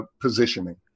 positioning